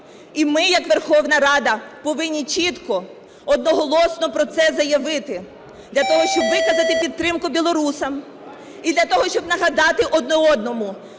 І ми як Верховна Рада повинні чітко одноголосно про це заявити для того, щоб виказати підтримку білорусам. І для того, щоб нагадати один одному,